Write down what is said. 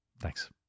Thanks